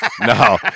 no